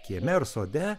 kieme ar sode